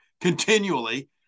continually